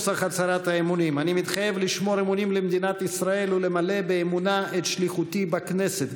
"אני מתחייב לשמור אמונים למדינת ישראל ולמלא באמונה את שליחותי בכנסת".